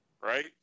Right